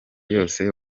yose